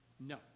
No